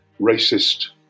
racist